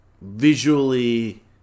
visually